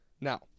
now